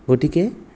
গতিকে